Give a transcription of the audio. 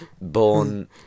born